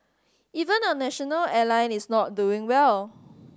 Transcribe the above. even our national airline is not doing well